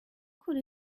could